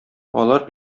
алар